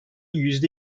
yüzde